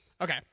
Okay